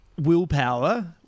willpower